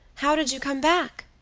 how did you come back?